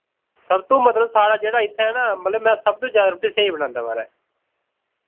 सबतो मतलब साढ़ा जेह्ड़ा इत्थै ना मतलब में सब तों ज्यादा रुट्टी स्हेई बनांदा माराज